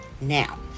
now